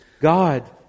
God